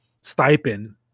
stipend